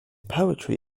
poetry